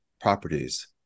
properties